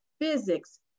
physics